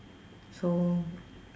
so